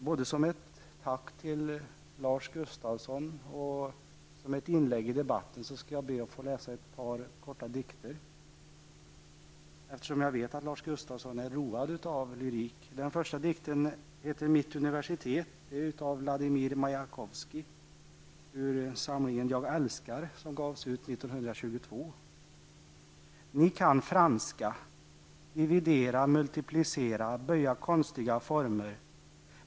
Både som ett tack till Lars Gustafsson och som ett inlägg i debatten skall jag be att få läsa ett par korta dikter, eftersom jag vet att Lars Gustafsson är road av lyrik. Den första dikten heter ''Mitt universitet'' och är skriven av Vladimir Majakovskij. Den ingår i samlingen ''Jag älskar'', som gavs ut 1922: Ni kan franska, böja konstiga former.